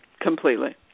Completely